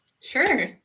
Sure